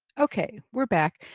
okay, we're back!